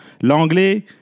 L'anglais